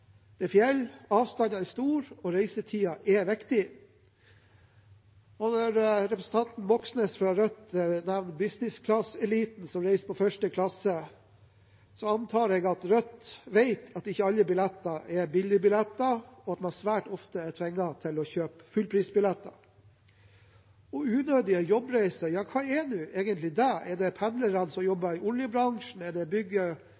fjell, avstandene er store, og reisetiden er viktig. Når representanten Moxnes, fra Rødt, nevner «business class»-eliten som reiser på 1. klasse, antar jeg at Rødt vet at ikke alle billetter er billigbilletter, og at man svært ofte er tvunget til å kjøpe fullprisbilletter. «Unødige jobbreiser» – hva er egentlig det? Er det pendlerne som jobber i oljebransjen, er det